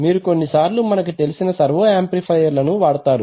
మీరు కొన్నిసార్లు మనకు తెలిసిన సర్వొ ఆంప్లిఫయర్ లను వాడతారు